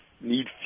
need